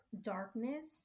darkness